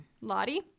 Lottie